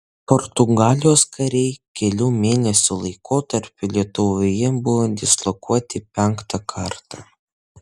portugalijos kariai kelių mėnesių laikotarpiui lietuvoje buvo dislokuoti penktą kartą